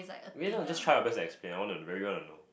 I mean lah just try your best to explain I want to really want to know